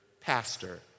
pastor